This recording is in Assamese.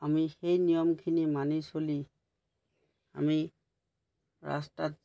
আমি সেই নিয়মখিনি মানি চলি আমি ৰাস্তাত